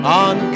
on